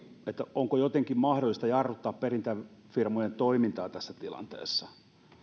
onko jotenkin mahdollista jarruttaa perintäfirmojen toimintaa tässä tilanteessa